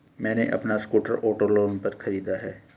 मैने अपना scooter auto loan पर खरीदा है